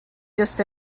just